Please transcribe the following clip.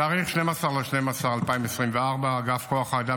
בתאריך 12 בדצמבר 2024 הפיץ אגף כוח האדם